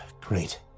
Great